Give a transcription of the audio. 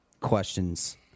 questions